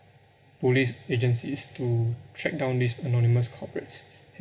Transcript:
police agencies to track down these anonymous culprits